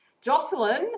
Jocelyn